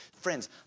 Friends